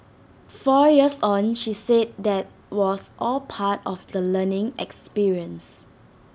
four years on she said that was all part of the learning experience